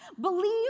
Believe